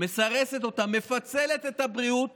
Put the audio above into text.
היא מסרסת אותה, מפצלת את הבריאות